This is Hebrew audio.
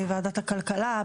בוועדת הכלכלה,